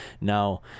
now